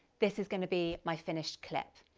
this is gonna be my finished clip.